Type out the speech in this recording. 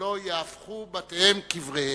שלא יהפכו בתיהם קבריהם.